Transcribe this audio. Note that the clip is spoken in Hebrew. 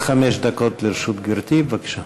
עד חמש דקות לרשות גברתי, בבקשה.